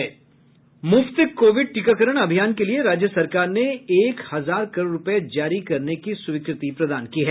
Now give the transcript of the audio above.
मूफ्त Covid टीकाकरण अभियान के लिए राज्य सरकार ने एक हजार करोड़ रुपये जारी करने की स्वीकृति प्रदान की है